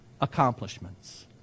accomplishments